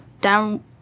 down